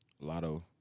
Lotto